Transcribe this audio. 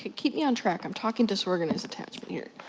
keep me on track, i'm talking disorganized attachment here.